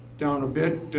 down a bit,